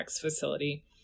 facility